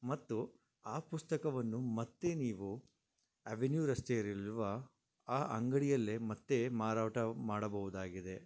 ಮತ್ತು ಆ ಪುಸ್ತಕವನ್ನು ಮತ್ತೆ ನೀವು ಅವೆನ್ಯೂ ರಸ್ತೆಯಲ್ಲಿರುವ ಆ ಅಂಗಡಿಯಲ್ಲೆ ಮತ್ತೆ ಮಾರಾಟ ಮಾಡಬೋದಾಗಿದೆ